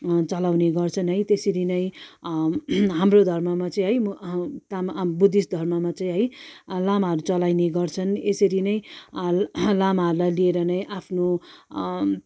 चलाउने गर्छन् है त्यसरी नै हाम्रो धर्ममा चाहिँ है म तामा बुद्धिस्ट धर्ममा चाहिँ है लामाहरू चलाइने गर्छन् यसरी नै लामाहरूलाई लिएर नै आफ्नो